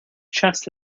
chest